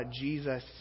Jesus